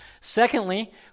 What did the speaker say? Secondly